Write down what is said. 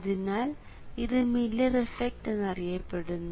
അതിനാൽ ഇത് Miller effect എന്നറിയപ്പെടുന്നു